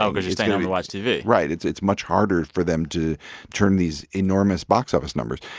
um because you're staying home to watch tv right, it's it's much harder for them to turn these enormous box office numbers.